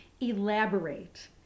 Elaborate